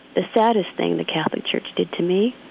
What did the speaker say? the saddest thing the catholic church did to me,